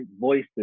voices